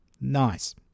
Nice